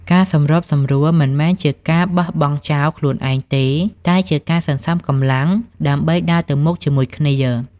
ការសម្របសម្រួល មិនមែនជាការបោះបង់ចោលខ្លួនឯងទេ តែជាការសន្សំកម្លាំងដើម្បីដើរទៅមុខជាមួយគ្នា។